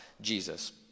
Jesus